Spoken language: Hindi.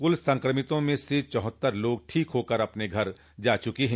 कुल संक्रमितों में से चौहत्तर लोग ठीक होकर अपने घर जा चुके हैं